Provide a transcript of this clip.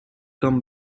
come